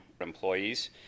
employees